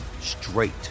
straight